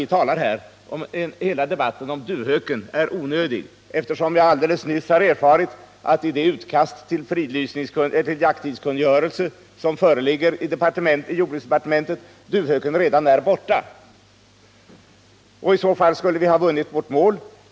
Men hela den här debatten om duvhöken kanske är onödig, eftersom jag alldeles nyss har erfarit att i det utkast till jakttidskungörelser som föreligger i jordbruksdepartementet duvhöken redan är borta. I så fall skulle vi ha nått vårt mål.